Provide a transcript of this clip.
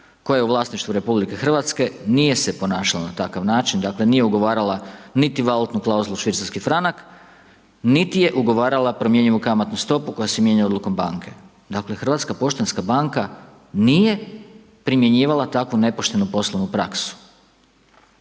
koja je u vlasništvu RH nije se ponašala na takav način, dakle nije ugovarala niti valutnu klauzulu švicarski franak niti je ugovarala promjenjivu kamatnu stopu koja se mijenjala odlukom banke. Dakle HPB nije primjenjivala takvu nepoštenu poslovnu praksu.